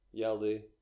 Yaldi